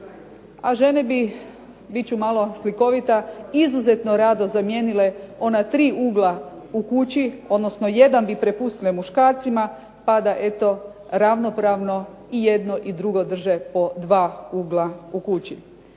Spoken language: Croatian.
A žene bi, bit ću malo slikovita, izuzetno rado zamijenile ona tri ugla u kući, odnosno jedan bi prepustile muškarcima, pa da eto ravnopravno i jedno i drugo drže po dva ugla u kući.